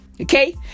Okay